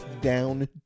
down